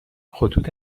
خطوط